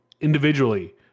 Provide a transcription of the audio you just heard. individually